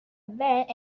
vent